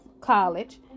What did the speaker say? College